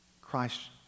Christ